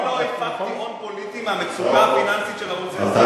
אני לא הפקתי הון פוליטי מהמצוקה הפיננסית של ערוץ-10.